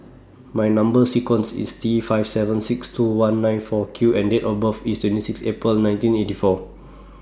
My Number sequence IS T five seven six two one nine four Q and Date of birth IS twenty six April nineteen eighty four